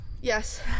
Yes